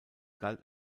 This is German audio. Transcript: galt